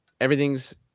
everything's